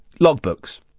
logbooks